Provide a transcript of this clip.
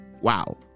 Wow